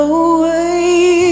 away